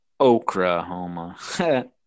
Oklahoma